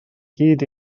gyd